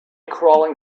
crawling